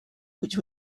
which